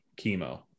chemo